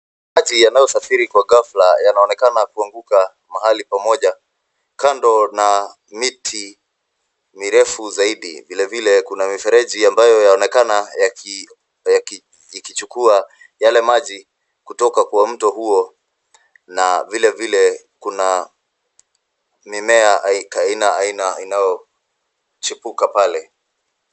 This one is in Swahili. Maji yanayosafiri kwa ghafla yanaonekana kuanguka mahali pamoja. Kando na miti mirefu zaidi, vile vile kuna mifereji ambayo yaonekana ikichukua yale maji kutoka kwa mto huo na vile vile kuna mimea aina aina inayochipuka pale.